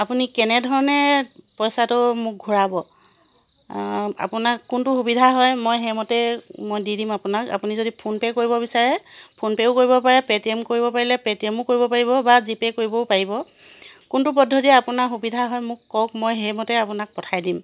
আপুনি কেনেধৰণে পইছাটো মোক ঘূৰাব আপোনাক কোনটো সুবিধা হয় মই সেইমতে মই দি দিম আপোনাক আপুনি যদি ফোনপে' কৰিব বিচাৰে ফোনপে'ও কৰিব পাৰে পে'টিএম কৰিব পাৰিলে পে'টিএমও কৰিব পাৰিব বা জিপে' কৰিবও পাৰিব কোনটো পদ্ধতিৰে আপোনাৰ সুবিধা হয় মোক কওক মই সেইমতে আপোনাক পঠাই দিম